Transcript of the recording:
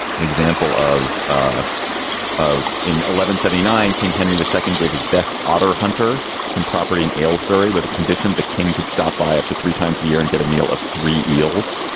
an example of ah of an eleven seventy nine king henry. the second gave his best otter hunter some property in aylesbury with a condition the king could stop by up to three times a year and get a meal of three eels.